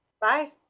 Bye